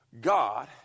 God